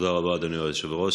תודה רבה, אדוני היושב-ראש.